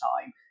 time